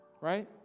right